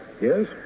Yes